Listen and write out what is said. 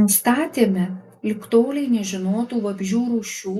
nustatėme lig tolei nežinotų vabzdžių rūšių